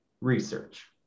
research